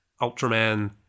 Ultraman